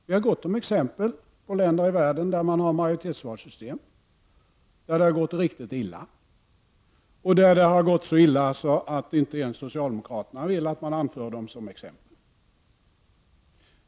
Vi har gott om exempel på länder i världen där man har majoritetsvalssystem och där det har gått riktigt illa, där det t.o.m. gått så illa att inte ens socialdemokraterna vill att man anför dem som exempel.